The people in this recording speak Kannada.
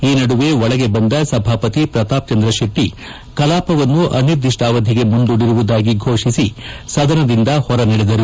ಈ ನಡುವೆ ಒಳಗೆ ಬಂದ ಸಭಾಪತಿ ಪ್ರತಾಪ್ಚಂದ್ರಶೆಟ್ಟಿ ಕಲಾಪವನ್ನು ಅನಿರ್ದಿಷ್ಸಾವಧಿಗೆ ಮುಂದೂದಿರುವುದಾಗಿ ಘೋಷಿಸಿ ಸದನದಿಂದ ಹೊರ ನಡೆದರು